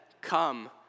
come